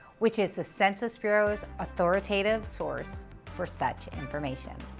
which is the census bureau's authoritative source for such information.